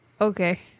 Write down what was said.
okay